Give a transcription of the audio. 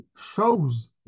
shows